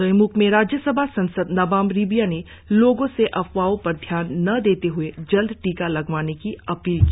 दोईम्ख में राज्यसभा सासंद नाबम रिबिया ने लोगों से अफवाहो पर ध्यान न देते हए जल्द टीका लगवाने की अपील की